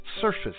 surface